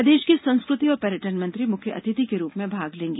प्रदेष की संस्कृति और पर्यटन मंत्री मुख्य अतिथि के रूप में भाग लेंगी